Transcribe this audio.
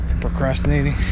Procrastinating